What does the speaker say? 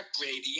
Brady